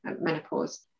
menopause